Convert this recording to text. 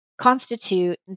constitute